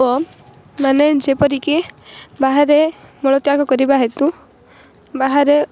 ଓ ମାନେ ଯେପରିକି ବାହାରେ ମଳତ୍ୟାଗ କରିବା ହେତୁ ବାହାରେ